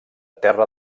terra